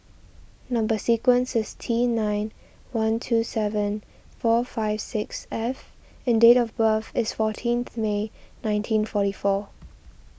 Number Sequence is T nine one two seven four five six F and date of birth is fourteenth May nineteen forty four